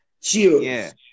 Cheers